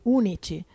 unici